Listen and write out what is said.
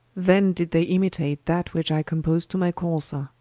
then did they imitate that which i compos'd to my courser,